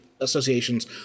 associations